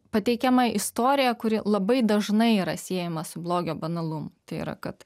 pateikiama istorija kuri labai dažnai yra siejama su blogio banalumu tai yra kad